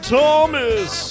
Thomas